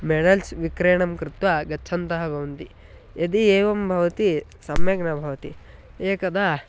medals विक्रयणं कृत्वा गच्छन्तः भवन्ति यदि एवं भवति सम्यक् न भवति एकदा